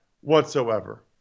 whatsoever